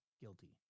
guilty